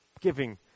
giving